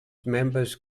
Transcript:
members